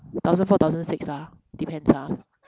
thousand four thousand six lah depends lah